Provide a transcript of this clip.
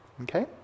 okay